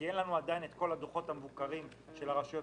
כי אין לנו עדיין את כל הדוחות המבוקרים של הרשויות